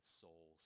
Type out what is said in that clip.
soul